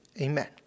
amen